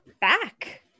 back